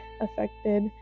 affected